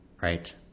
right